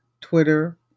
Twitter